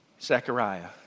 Zechariah